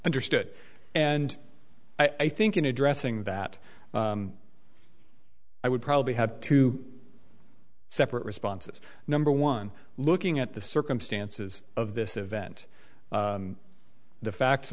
understood and i think in addressing that i would probably have to separate responses number one looking at the circumstances of this event the facts